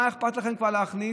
מה אכפת לכם כבר להכניס?